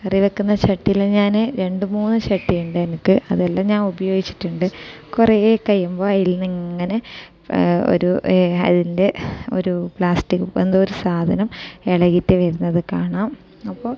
കറി വയ്ക്കുന്ന ചട്ടിയിൽ ഞാൻ രണ്ട് മൂന്ന് ചട്ടിയുണ്ട് എനിക്ക് അതെല്ലാം ഞാൻ ഉപയോഗിച്ചിട്ടുണ്ട് കുറേ കഴിയുമ്പോൾ അതിൽ നിന്ന് ഇങ്ങനെ ഒരു അതിൻ്റെ ഒരു പ്ലാസ്റ്റിക് എന്തോ ഒരു സാധനം ഇളകിയിട്ട് വരുന്നത് കാണാം അപ്പോൾ